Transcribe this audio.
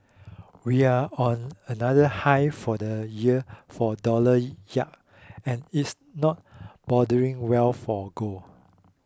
we're on another high for the year for dollar yields and it's not boding well for gold